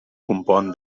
compon